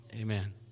Amen